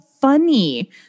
funny